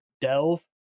Delve